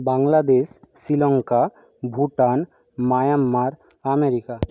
Bangladesh Sri Lanka Bhutan Myanmar America